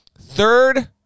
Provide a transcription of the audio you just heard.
third